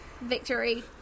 Victory